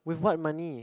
with what money